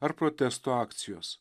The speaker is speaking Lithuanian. ar protesto akcijos